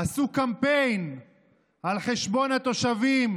עשו קמפיין על חשבון התושבים